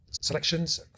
selections